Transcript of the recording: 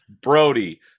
Brody